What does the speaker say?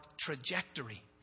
trajectory